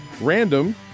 Random